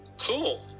Cool